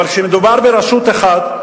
אבל כשמדובר ברשות אחת,